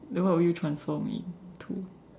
then what would you transform into